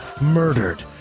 murdered